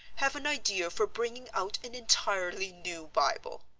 have an idea for bringing out an entirely new bible.